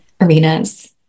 arenas